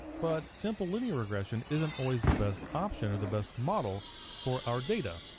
but simple linear regression isn't always the best option or the best model for our data.